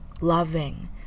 loving